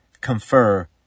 confer